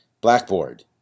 Blackboard